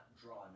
draw